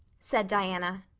said diana.